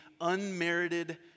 unmerited